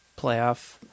playoff